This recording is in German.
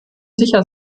sicher